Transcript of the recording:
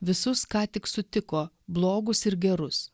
visus ką tik sutiko blogus ir gerus